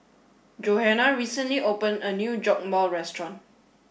Johana recently opened a new Jokbal restaurant